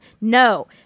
no